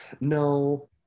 no